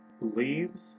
leaves